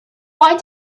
why